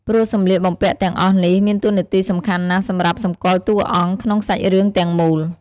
ព្រោះសម្លៀកបំពាក់ទាំងអស់នេះ មានតួនាទីសំខាន់ណាស់សម្រាប់សម្គាល់តួរអង្គ ក្នុងសាច់រឿងទាំងមូល ។